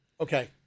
Okay